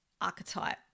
archetype